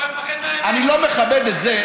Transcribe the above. אני לא מכבד את זה,